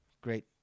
Great